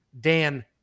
Dan